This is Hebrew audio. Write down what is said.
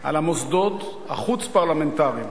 על המוסדות החוץ-פרלמנטריים